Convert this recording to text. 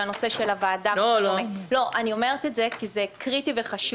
אני אומרת את זה כי זה קריטי וחשוב.